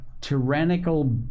tyrannical